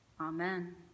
Amen